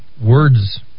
words